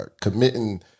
committing